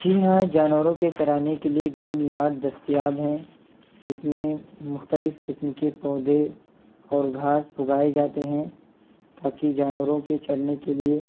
جی ہاں جانوروں کے چرانے کے لیے گرین یارڈ دستیاب ہیں جس میں مختلف قسم کے پودے اور گھاس اگائے جاتے ہیں تاکہ جانوروں کے چرنے کے لیے